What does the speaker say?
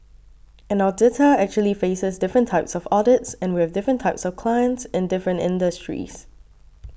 an auditor actually faces different types of audits and we've different types of clients in different industries